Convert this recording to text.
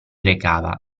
recava